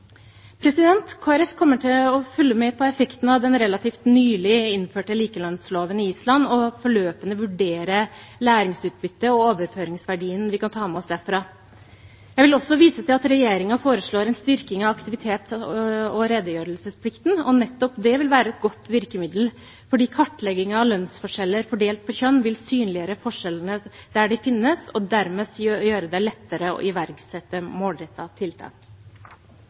kommer til å følge med på effekten av den relativt nylig innførte likelønnsloven på Island og løpende vurdere læringsutbyttet og overføringsverdien vi kan ta med oss derfra. Jeg vil også vise til at regjeringen foreslår en styrking av aktivitets- og redegjørelsesplikten, og nettopp det vil være et godt virkemiddel, fordi kartleggingen av lønnsforskjeller fordelt på kjønn vil synliggjøre forskjellene der de finnes, og dermed gjøre det lettere å iverksette målrettede tiltak.